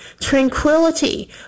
tranquility